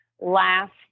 last